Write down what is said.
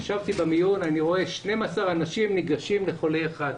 ישבתי במיון וראיתי 12 אנשים ניגשים לחולה אחד.